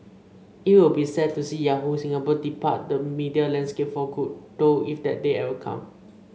it will be sad to see Yahoo Singapore depart the media landscape for good though if that day ever come